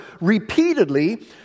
repeatedly